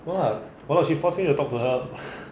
what !walao! she force me to talk to her